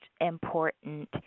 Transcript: important